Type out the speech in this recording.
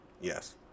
yes